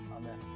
Amen